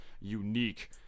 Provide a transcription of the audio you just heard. unique